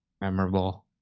memorable